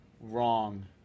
wrong